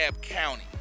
County